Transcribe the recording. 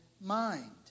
mind